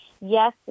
yes